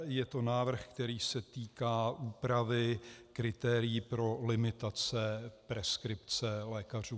Je to návrh, který se týká úpravy kritérií pro limitace preskripce lékařů.